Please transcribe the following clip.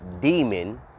demon